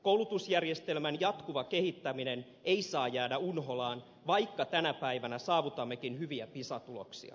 koulutusjärjestelmän jatkuva kehittäminen ei saa jäädä unholaan vaikka tänä päivänä saavutammekin hyviä pisa tuloksia